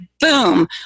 boom